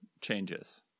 changes